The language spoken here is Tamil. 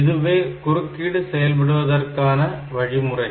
இதுவே குறுக்கீடு செயல்படுத்துவதற்கான வழிமுறைகள்